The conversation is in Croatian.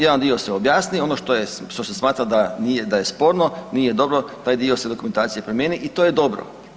Jedan dio se objasni, ono što se smatra da je sporno, nije dobro, taj dio se dokumentacije promijeni i to je dobro.